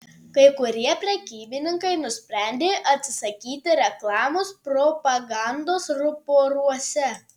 kai kurie prekybininkai nusprendė atsisakyti reklamos propagandos ruporuose